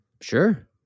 Sure